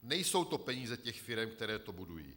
Nejsou to peníze firem, které to budují.